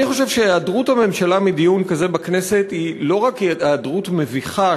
אני חושב שהיעדרות הממשלה מדיון כזה בכנסת היא לא רק היעדרות מביכה,